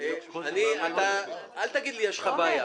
אל תגיד לי, יש לך בעיה.